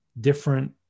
different